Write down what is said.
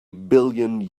billion